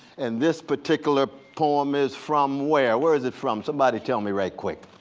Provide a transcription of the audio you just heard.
and this particular poem is from where? where is it from? somebody tell me right quick.